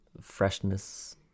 freshness